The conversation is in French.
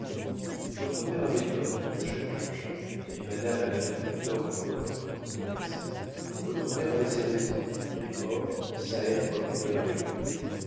votre père avait tort mon cher jean-jacques et madame a bien plus tort encore répondit max votre père avait ses raisons il est mort sa haine doit mourir avec lui